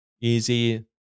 Easy